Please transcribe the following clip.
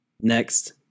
Next